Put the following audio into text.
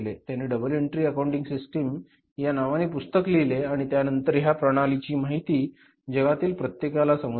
त्याने double entry accounting system या नावाचे पुस्तक लिहिले आणि त्यानंतर ह्या प्रणालीची माहिती जगातील प्रत्येकाला समजली